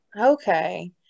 Okay